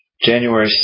January